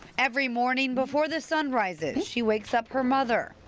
every morning before the sunrises she wakes up her mother.